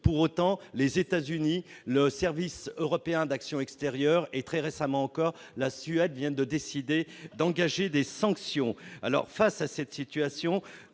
Pour autant, les États-Unis, le service européen pour l'action extérieure et, très récemment, la Suède viennent de décider d'engager des sanctions. Aussi, face à cette situation,